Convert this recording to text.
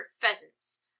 pheasants